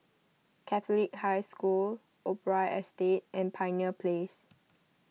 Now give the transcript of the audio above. Catholic High School Opera Estate and Pioneer Place